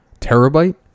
Terabyte